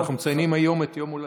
שאנחנו מציינים היום את יום הולדתו.